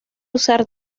usar